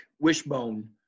wishbone